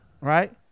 right